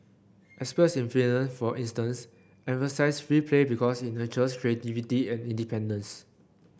experts in Finland for instance emphasise free play because it nurtures creativity and independence